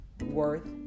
worth